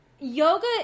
yoga